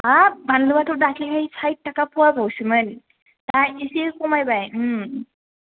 हाब बानलुआथ' दाख्लैहाय साइथ थाखा फवा बावसोमोन दा एसे खमायबाय